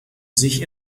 sich